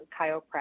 chiropractic